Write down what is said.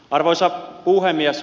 arvoisa puhemies